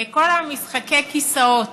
כל משחקי הכיסאות,